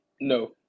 No